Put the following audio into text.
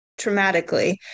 traumatically